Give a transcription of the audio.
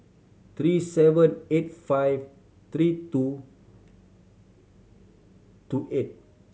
three seven eight five three two two eight